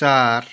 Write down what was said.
चार